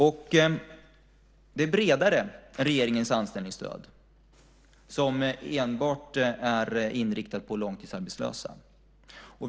Det här är bredare än regeringens anställningsstöd, som enbart är inriktat på långtidsarbetslösa.